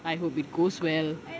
I hope it goes well